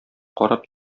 карап